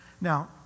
Now